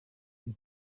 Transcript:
iyo